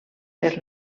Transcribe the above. per